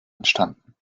entstanden